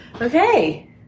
Okay